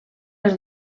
els